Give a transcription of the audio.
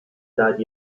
died